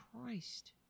Christ